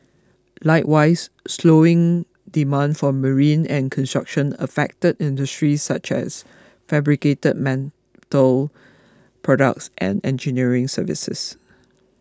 likewise slowing demand for marine and construction affected industries such as fabricated mental products and engineering services